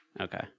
Okay